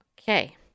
Okay